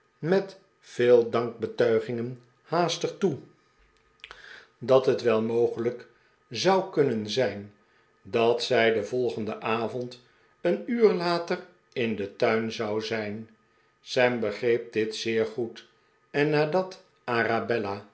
met veel dankbetuigingen haastig toe dat het wel mogelijk zou kunnen zijn dart zij den volgenden avond een uur later in den tuin zou zijn sam begreep dit zeer goed en nadat